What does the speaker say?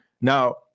Now